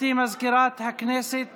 התשפ"ב